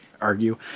argue